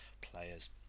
players